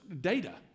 data